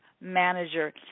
manager